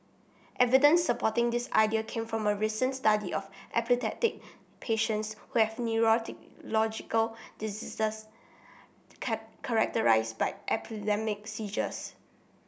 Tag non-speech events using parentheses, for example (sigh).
evidence supporting this idea came from a recent study of epileptic patients who have neurological diseases (unintelligible) characterised by epileptic seizures